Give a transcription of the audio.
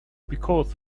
because